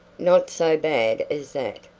not so bad as that,